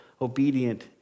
obedient